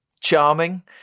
charming